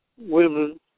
women